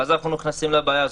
ואז אנחנו נכנסים לבעיה הזו.